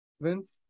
Vince